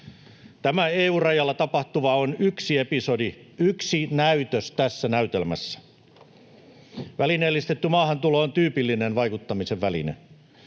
Tämä EU-rajalla tapahtuva on yksi episodi, yksi näytös tässä näytelmässä. Välineellistetty maahantulo on tyypillinen vaikuttamisen väline.